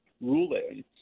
ruling